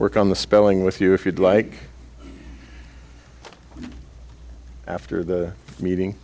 work on the spelling with you if you'd like after the meeting